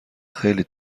خیلی